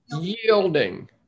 Yielding